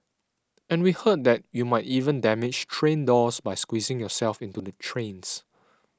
and we heard that you might even damage train doors by squeezing yourself into the trains